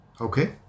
okay